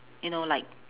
you know like